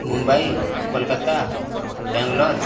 Mumbai Kolkata Bengaluru